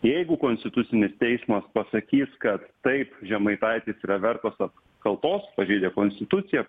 jeigu konstitucinis teismas pasakys kad taip žemaitaitis yra vertas ap kaltos pažeidė konstituciją